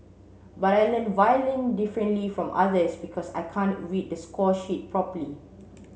but I learn violin differently from others because I can't read the score sheet properly